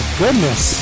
goodness